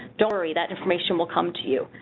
don't worry that information will come to you.